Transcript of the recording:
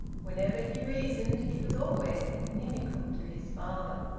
whenever he reasoned he was always inimical to his father.